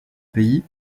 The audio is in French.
pays